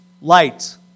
light